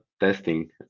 Testing